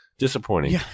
Disappointing